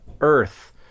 Earth